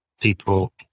people